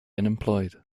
unemployed